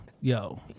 Yo